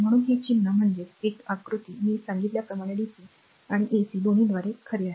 म्हणूनच हे चिन्ह म्हणजेच एक आकृती मी सांगितल्याप्रमाणे डीसी आणि एसी दोन्हीसाठी खरे आहे